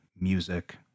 music